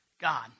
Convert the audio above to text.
God